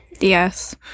Yes